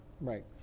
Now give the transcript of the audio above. Right